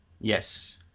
yes